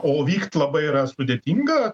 o vykt labai yra sudėtinga